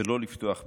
ולא לפתוח בדיון,